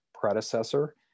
predecessor